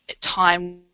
time